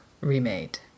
remade